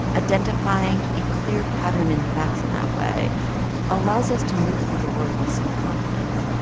identifying a clear pattern in the facts in that way allows us to move through the world with some confidence.